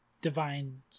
divine